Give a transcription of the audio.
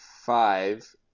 five